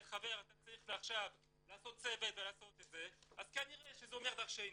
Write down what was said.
"אתה צריך עכשיו לעשות צוות ולעשות את זה" אז כנראה שזה אומר דרשני,